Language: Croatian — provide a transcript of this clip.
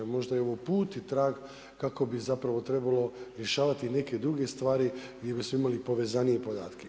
Možda je ovo put i trag kako bi zapravo trebalo rješavati neke druge stvari gdje bismo imali povezanije podatke.